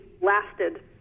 lasted